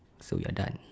so we are done